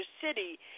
city